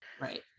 Right